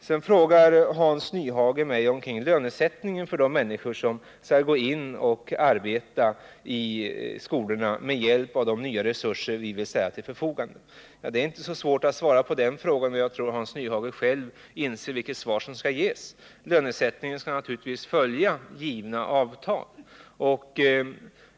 Sedan frågar Hans Nyhage mig om lönesättningen för de människor som skall arbeta i skolorna med hjälp av de nya resurser som vi vill ställa till förfogande. Det är inte så svårt att svara på den frågan. Jag tror att Hans Nyhage själv inser vilket svar som måste ges. Lönresättningen skall naturligtvis följa gällande avtal.